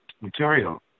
material